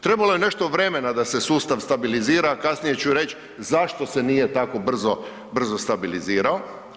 Trebalo je nešto vremena da se sustav stabilizira, a kasnije ću reć zašto se nije tako brzo stabilizirao.